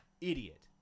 idiot